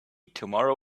tomorrow